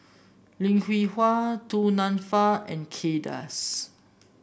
Lim Hwee Hua Du Nanfa and Kay Das